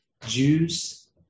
Jews